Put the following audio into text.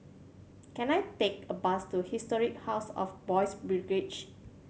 can I take a bus to Historic House of Boys' Brigade